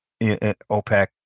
OPEC